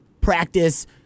practice